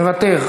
מוותר,